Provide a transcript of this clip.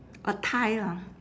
a tie lah